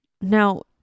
Now